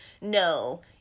no